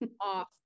off